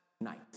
night